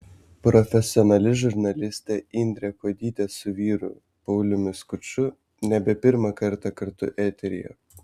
profesionali žurnalistė indrė kuodytė su vyru pauliumi skuču nebe pirmą kartą kartu eteryje